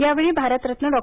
यावेळी भारत रत्न डॉ